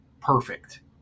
perfect